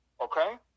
Okay